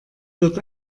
wird